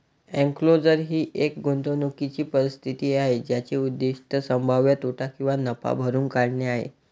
enclosure ही एक गुंतवणूकीची परिस्थिती आहे ज्याचे उद्दीष्ट संभाव्य तोटा किंवा नफा भरून काढणे आहे